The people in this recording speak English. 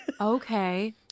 okay